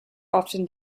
often